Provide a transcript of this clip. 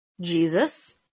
Jesus